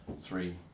three